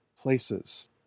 places